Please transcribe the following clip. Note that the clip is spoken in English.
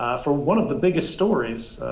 for one of the biggest stories